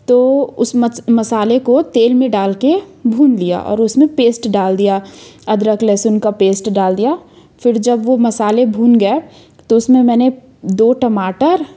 तो उस मसाले को तेल में डाल के भून लिया और उसमें पेस्ट डाल दिया अदरक लहसुन का पेस्ट डाल दिया फिर जब वो मसाले भून गया तो उसमें मैंने दो टमाटर